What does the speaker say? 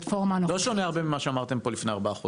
לא שונה בהרבה ממה שאמרתם פה לפני ארבעה חודשים.